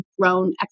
grown